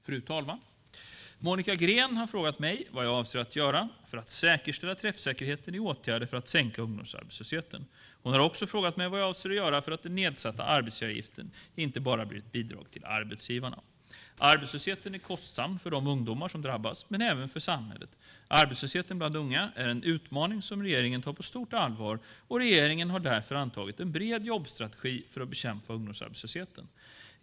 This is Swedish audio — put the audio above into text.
Fru talman! Monica Green har frågat mig vad jag avser att göra för att säkerställa träffsäkerheten i åtgärder för att sänka ungdomsarbetslösheten. Hon har också frågat mig vad jag avser att göra för att den nedsatta arbetsgivaravgiften inte bara blir ett bidrag till arbetsgivarna. Arbetslösheten är kostsam för de ungdomar som drabbas, men även för samhället. Arbetslösheten bland unga är en utmaning som regeringen tar på stort allvar, och regeringen har därför antagit en bred jobbstrategi för att bekämpa ungdomsarbetslösheten.